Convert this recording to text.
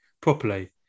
properly